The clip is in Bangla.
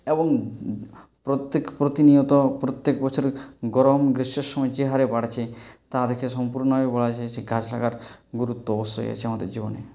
এবং প্রত্যেক প্রতিনিয়ত প্রত্যেক বছরে গরম গ্রীষ্মের সময় যে হারে বাড়ছে তা দেখে সম্পূর্ণভাবে বলা যায় যে গাছ থাকার গুরুত্ব অবশ্যই আছে আমাদের জীবনে